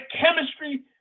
chemistry